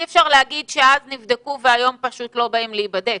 אי אפשר להגיד שאז נבדקו והיום פשוט לא באים להיבדק.